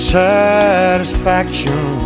satisfaction